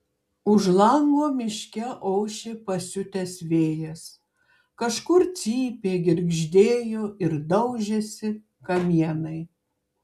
už lango miške ošė pasiutęs vėjas kažkur cypė girgždėjo ir daužėsi kamienai